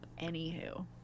Anywho